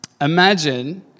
Imagine